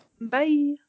Bye